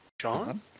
Sean